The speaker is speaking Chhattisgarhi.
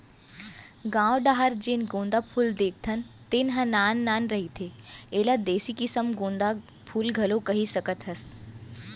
गाँव डाहर जेन गोंदा फूल देखथन तेन ह नान नान रहिथे, एला देसी किसम गोंदा फूल घलोक कहि सकत हस